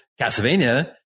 Castlevania